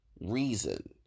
reason